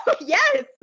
Yes